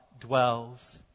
dwells